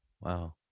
Wow